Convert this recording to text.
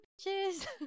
Cheers